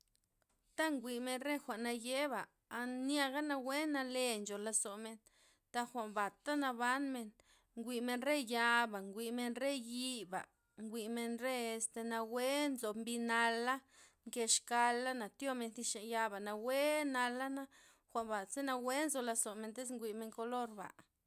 Ta'njwi'men re jwa'n nayeba', an- niaga nawue nale ncho lazomen, taj jwa'n bata nabanmen jwi'men re ya'ba, jwi'men re yii'ba, jwi'men este nawue nzob mbi nala', nke exkala'na tyomen ti xan ya'ba nawue nala'na, nawue nzo lozomen iz jwi'men kolorba'.